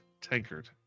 Tankard